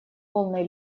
полной